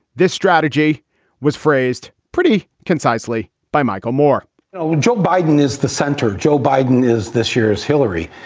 this strategy was phrased pretty concisely by michael moore ah joe biden is the center. joe biden is this year's hillary.